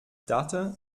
dachte